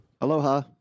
Aloha